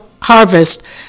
harvest